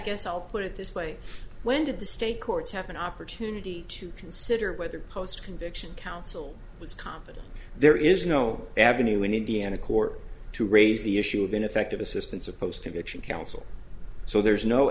guess i'll put it this way when did the state courts have an opportunity to consider whether post conviction counsel was competent there is no avenue in indiana court to raise the issue of ineffective assistance of post conviction counsel so there is no